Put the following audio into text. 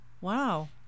Wow